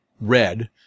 red